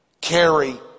Carry